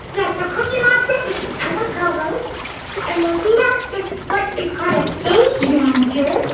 yes. so cookie monster is almost co-host and rozema is what is called a stage manager.